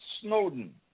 Snowden